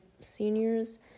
seniors